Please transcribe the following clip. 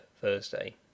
Thursday